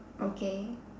okay